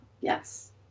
Yes